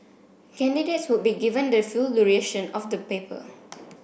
candidates would be given the full duration of the paper